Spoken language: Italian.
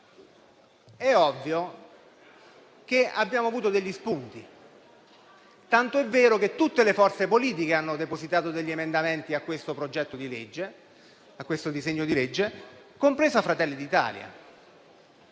audizioni, abbiamo avuto degli spunti. Tanto è vero che tutte le forze politiche hanno depositato degli emendamenti a questo disegno di legge, compresa Fratelli d'Italia.